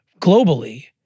globally